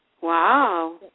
Wow